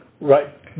Right